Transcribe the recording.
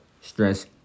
stress